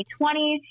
2020